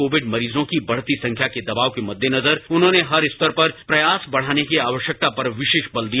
Covid मरीजों की बढ़ती संख्या के दबाव के मद्देनजर उन्होंने हर स्तरपर प्रयास बढ़ाने की आवश्यकता पर विशेष बल दिया